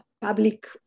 public